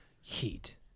heat